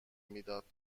میدادن